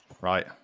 right